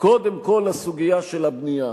קודם כול לסוגיה של הבנייה,